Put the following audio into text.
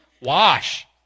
wash